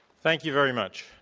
thank you very much.